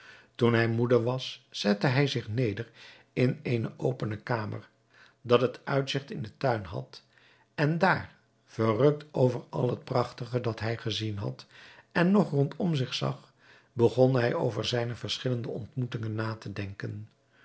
toen hij moede was zette hij zich neder in eene opene kamer dat het uitzigt in den tuin had en daar verrukt over al het prachtige dat hij gezien had en nog rondom zich zag begon hij over zijne verschillende ontmoetingen na te denken